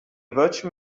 virtual